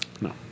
no